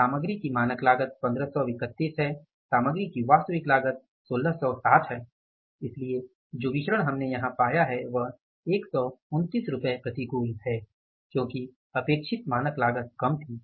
सामग्री की मानक लागत 1531 है सामग्री की वास्तविक लागत 1660 है इसलिए जो विचरण हमने यहां पाया है वह 129 प्रतिकूल है क्योंकि अपेक्षित मानक लागत कम थी